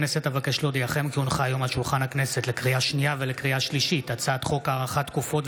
המלצת הייעוץ המשפטי היא שההצעה תעבור או לוועדת החוקה או